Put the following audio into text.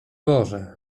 boże